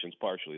partially